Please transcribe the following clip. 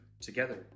together